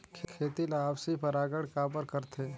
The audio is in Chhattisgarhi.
खेती ला आपसी परागण काबर करथे?